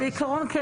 בעיקרון, כן.